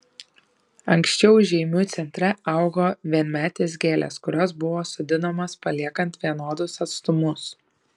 anksčiau žeimių centre augo vienmetės gėlės kurios buvo sodinamos paliekant vienodus atstumus